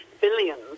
billions